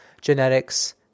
Genetics